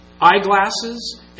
eyeglasses